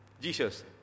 jesus